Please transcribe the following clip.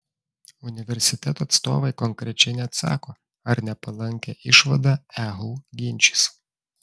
universiteto atstovai konkrečiai neatsako ar nepalankią išvadą ehu ginčys